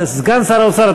סגן שר האוצר,